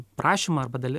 prašymą arba dali